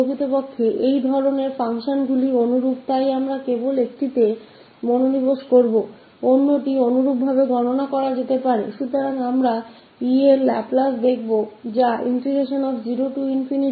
तो इस प्रकार क फंक्शन्स प्रायः एक सामान होते है तो हम एक पर ध्यान केंद्रित करेंगे दूसरा इसी प्रकार निकला जा सकता है